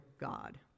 God